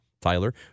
Tyler